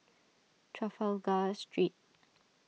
Trafalgar Street